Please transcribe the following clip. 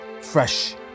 fresh